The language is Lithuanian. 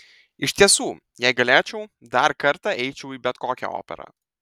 iš tiesų jei galėčiau dar kartą eičiau į bet kokią operą